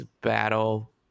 battle